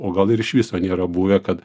o gal ir iš viso nėra buvę kad